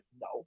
No